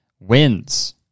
wins